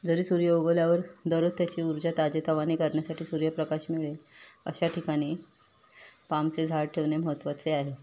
जरी सूर्य उगवल्यावर दररोज त्याची ऊर्जा ताजेतवाने करण्यासाठी सूर्यप्रकाश मिळेल अशा ठिकाणी पामचे झाड ठेवणे महत्त्वाचे आहे